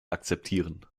akzeptieren